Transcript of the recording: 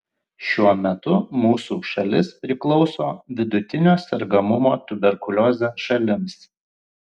šiuo metu mūsų šalis priklauso vidutinio sergamumo tuberkulioze šalims